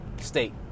state